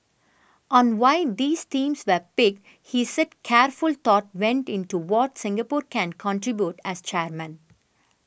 on why these themes were picked he said careful thought went into what Singapore can contribute as chairman